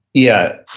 yeah.